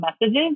messages